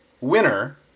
winner